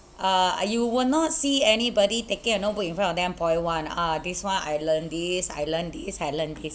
uh you will not see anybody taking a notebook in front of them point one uh this one I learnt this I learnt this I learnt this